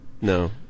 No